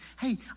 hey